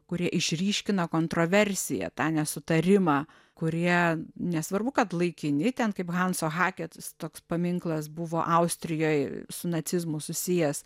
kurie išryškina kontroversiją tą nesutarimą kurie nesvarbu kad laikini ten kaip hanso haket toks paminklas buvo austrijoj su nacizmu susijęs